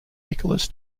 nicholas